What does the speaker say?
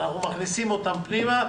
אנחנו מכניסים אותם פנימה.